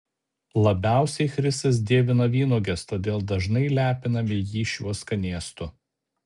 labiausiai chrisas dievina vynuoges todėl dažnai lepiname jį šiuo skanėstu